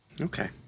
okay